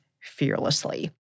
fearlessly